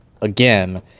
again